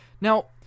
Now